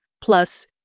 plus